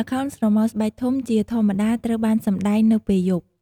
ល្ខោនស្រមោលស្បែកធំ ជាធម្មតាត្រូវបានសម្តែងនៅពេលយប់។